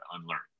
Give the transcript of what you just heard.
unlearn